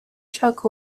chuck